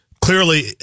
clearly